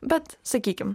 bet sakykim